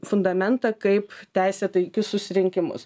fundamentą kaip teisė į taikius susirinkimus